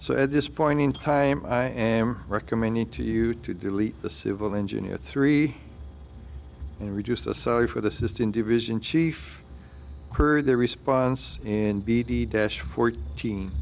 so at this point in time i am recommending to you to delete the civil engineer at three and reduce the sorry for the system division chief heard their response and bt dash for teen